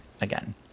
Again